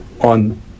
on